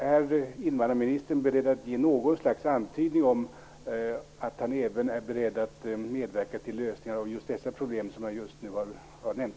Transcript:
Är invandrarministern beredd att ge något slags antydan om att han är beredd att medverka till lösning även av det problem som jag just har nämnt?